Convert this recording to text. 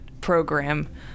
program